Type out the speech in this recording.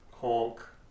Hulk